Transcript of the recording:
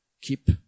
Keep